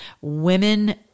women